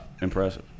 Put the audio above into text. Impressive